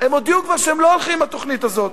הם הודיעו כבר שהם לא הולכים עם התוכנית הזאת.